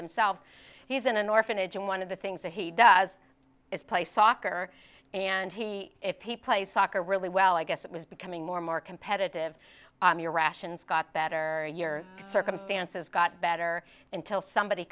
themselves he's in an orphanage in one of the things that he does is play soccer and he if he plays soccer really well i guess it was becoming more and more competitive on your rations got better your circumstances got better until somebody